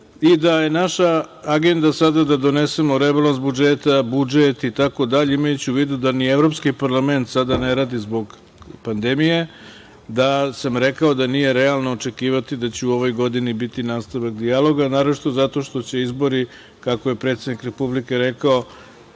i da je naša agenda sada da donesemo rebalans budžeta, budžet itd, imajući u vidu da ni Evropski parlament sada ne radi zbog pandemije, da sam rekao da nije realno očekivati da će u ovoj godini biti nastavak dijaloga, naročito zato što će izbori, kako je predsednik Republike rekao,